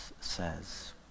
says